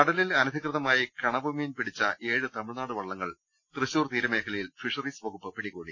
കടലിൽ അനധികൃതമായി കണവ മീൻ പിടിച്ച ഏഴ് തമിഴ്നാട് വള്ളങ്ങൾ തൃശൂർ തീരമേഖലയിൽ ഫിഷറീസ് വകുപ്പ് പിടികൂടി